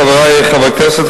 חברי חברי הכנסת,